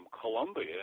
Colombia